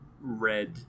red